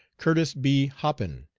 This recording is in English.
curtis b. hoppin,